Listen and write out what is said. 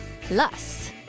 Plus